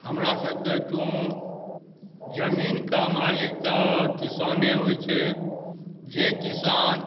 हमरा सबके कोनो जमीनके मालिक तऽ किसाने होइ छै जे किसान